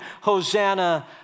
Hosanna